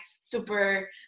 super